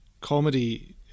comedy